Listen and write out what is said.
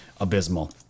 abysmal